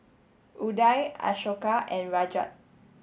Udai Ashoka and Rajat